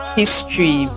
history